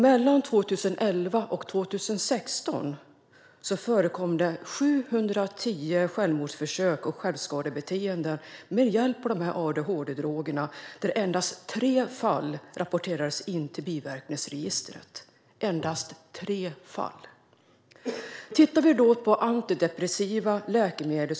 Mellan 2011 och 2016 inträffade det 710 fall av självmordsförsök eller självskadebeteende med hjälp av de här adhd-drogerna. Endast tre av dessa fall rapporterades in till biverkningsregistret. Vi kan sedan titta på antidepressiva läkemedel.